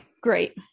Great